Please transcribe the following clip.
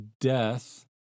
death